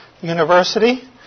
University